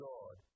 God